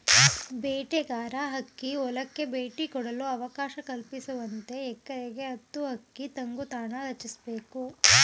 ಬೇಟೆಗಾರ ಹಕ್ಕಿ ಹೊಲಕ್ಕೆ ಭೇಟಿ ಕೊಡಲು ಅವಕಾಶ ಕಲ್ಪಿಸುವಂತೆ ಎಕರೆಗೆ ಹತ್ತು ಹಕ್ಕಿ ತಂಗುದಾಣ ರಚಿಸ್ಬೇಕು